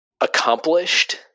accomplished